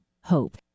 hope